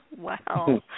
Wow